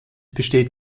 besteht